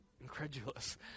Incredulous